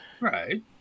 Right